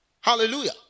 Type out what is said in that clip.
Hallelujah